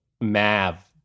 Mav